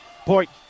point